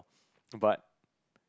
but